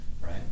right